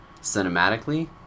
cinematically